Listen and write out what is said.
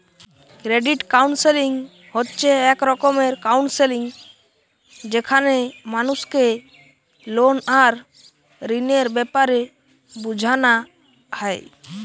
credit counselling হচ্ছে এক রকমের কাউন্সেলিং যেখানে মানুষকে লোন আর ঋণের বেপারে বুঝানা হয়